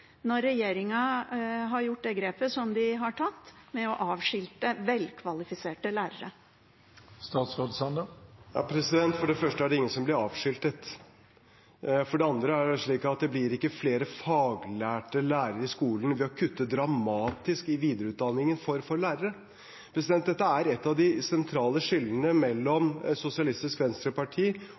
når regjeringen har tatt det grepet som de har tatt, med å avskilte velkvalifiserte lærere. For det første er det ingen som blir avskiltet. For det andre blir det ikke flere faglærte lærere i skolen ved å kutte dramatisk i videreutdanningen for lærere. Dette er et av de sentrale skillene mellom Sosialistisk Venstreparti